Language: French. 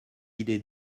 idée